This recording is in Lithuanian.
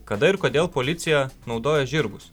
kada ir kodėl policija naudoja žirgus